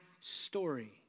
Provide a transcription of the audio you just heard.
story